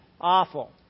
awful